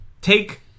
take